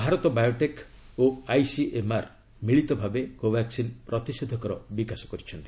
ଭାରତ ବାୟୋଟେକ୍ ଓ ଆଇସିଏମ୍ଆର୍ ମିଳିତ ଭାବେ କୋଭାସ୍କିନ୍ ପ୍ରତିଷେଧକର ବିକାଶ କରିଛନ୍ତି